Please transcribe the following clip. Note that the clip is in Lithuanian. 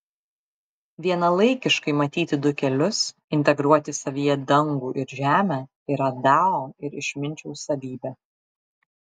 vienalaikiškai matyti du kelius integruoti savyje dangų ir žemę yra dao ir išminčiaus savybė